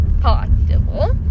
possible